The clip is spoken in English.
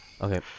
Okay